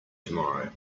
tomorrow